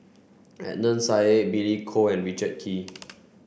Adnan Billy Koh and Richard Kee